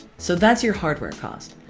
so that's your hardware cost.